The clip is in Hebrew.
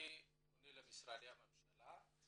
אני פונה למשרדי הממשלה.